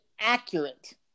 accurate